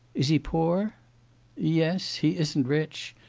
is he poor yes, he isn't rich.